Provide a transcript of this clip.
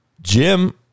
Jim